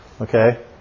okay